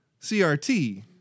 CRT